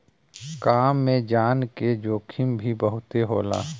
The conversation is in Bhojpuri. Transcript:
काम में जान के जोखिम भी बहुते होला